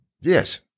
Yes